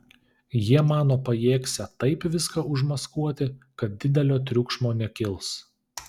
jie mano pajėgsią taip viską užmaskuoti kad didelio triukšmo nekils